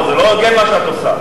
לא, זה לא הוגן מה שאת עושה.